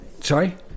Sorry